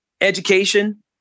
education